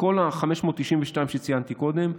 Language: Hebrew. מכל ה-592 שציינתי קודם,